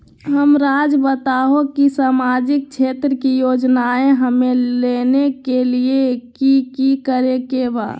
हमराज़ बताओ कि सामाजिक क्षेत्र की योजनाएं हमें लेने के लिए कि कि करे के बा?